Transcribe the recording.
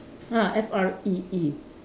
ah F R E E